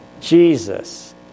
Jesus